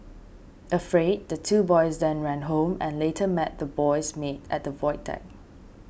afraid the two boys then ran home and later met the boy's maid at the void deck